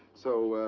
so, ah.